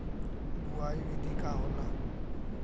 बुआई विधि का होला?